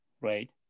right